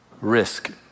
risk